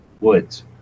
Woods